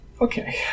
Okay